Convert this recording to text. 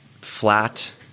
flat